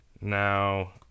now